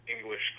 English